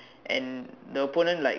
and the opponent like